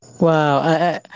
Wow